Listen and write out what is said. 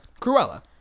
Cruella